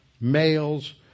males